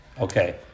Okay